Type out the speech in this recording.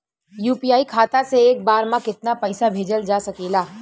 UPI खाता से एक बार म केतना पईसा भेजल जा सकेला?